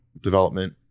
development